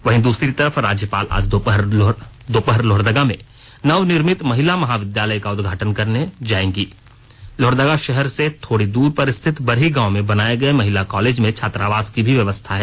वहीं दूसरी तरफ राज्यपाल आज दोपहर लोहरदगा में नवनिर्मित महिला महाविद्यालय का उदघाटन करने जायेंगी लोहरदगा शहर से थोड़ी दूर पर स्थित बरही गांव में बनाए गए महिला कॉलेज में छात्रावास की भी व्यवस्था है